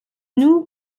nous